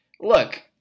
look